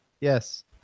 Yes